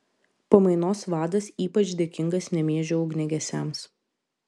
pamainos vadas ypač dėkingas nemėžio ugniagesiams